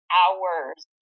hours